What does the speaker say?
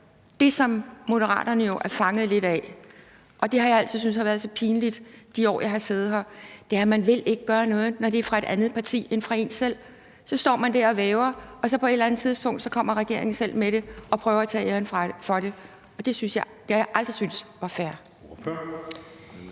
Det, som Moderaterne jo er fanget lidt af – og det har jeg altid syntes har været så pinligt, de år jeg har siddet her – er, at man ikke vil gøre noget, når det er fra et andet parti end fra ens eget. Så står man der og væver, og på et eller andet tidspunkt kommer regeringen selv med det og prøver at tage æren for det. Det har jeg aldrig syntes var fair.